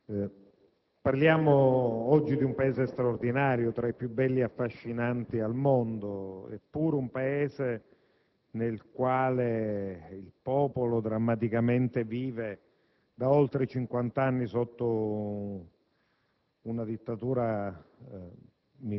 signor Sottosegretario, onorevoli colleghi, parliamo oggi di un Paese straordinario, tra i più belli e affascinanti al mondo, eppure un Paese nel quale il popolo drammaticamente vive da oltre 50 anni sotto